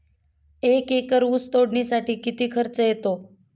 एक एकर ऊस तोडणीसाठी किती खर्च येतो?